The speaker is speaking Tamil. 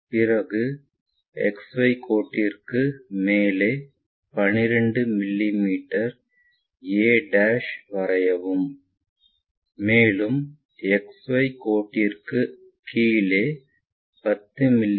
பிறகு XY கோட்டிற்கு மேலே 12 மிமீ a வரையவும் மேலும் XY கோட்டிற்குக் கீழே 10 மி